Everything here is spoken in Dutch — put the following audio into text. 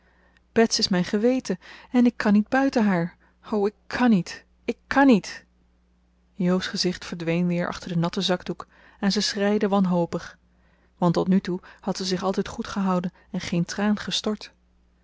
bets is mijn geweten en ik kan niet buiten haar o ik kan niet ik kan niet jo's gezicht verdween weer achter den natten zakdoek en zij schreide wanhopig want tot nu toe had ze zich altijd goed gehouden en geen traan gestort